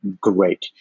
Great